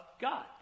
God